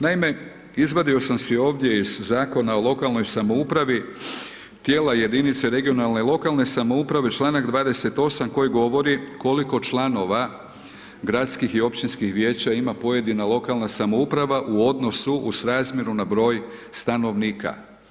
Naime, izvadio sam si ovdje iz Zakona o lokalnoj samoupravi, tijela jedinice regionalne lokalne samouprave, članak 28. koji govori koliko članova gradskih i općinskih vijeća ima pojedina lokalna samouprava u odnosu, u srazmjeru na broj stanovnika.